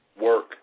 work